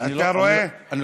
אתה רואה, נגמר הזמן.